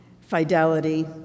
Fidelity